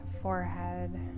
forehead